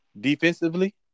defensively